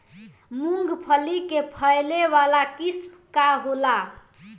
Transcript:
मूँगफली के फैले वाला किस्म का होला?